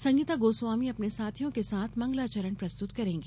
संगीता गोस्वामी अपने साथियों के साथ मंगलाचरण प्रस्तुत करेंगी